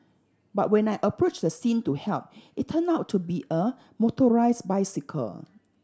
but when I approached the scene to help it turned out to be a motorised bicycle